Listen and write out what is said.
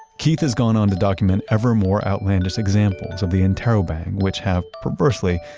keith has gone on to document ever more outlandish examples of the interrobang which have perversely,